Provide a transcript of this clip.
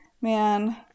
Man